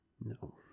No